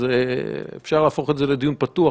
אז אפשר להפוך את זה לדיון פתוח,